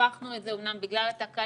הרווחנו את זה אמנם בגלל התקלה,